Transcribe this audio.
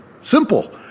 Simple